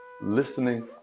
listening